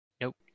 Nope